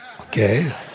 Okay